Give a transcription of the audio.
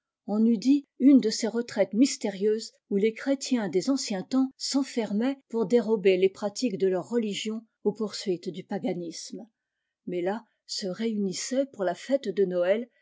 on eût dit une de ces rétraites mystérieuses où les chrétiens des anciens temps s'enfermaient pour dérober les pratiques de leur religion aux poursuites du paganisme mais là se réunissaient pour la fètede noël